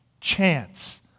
chance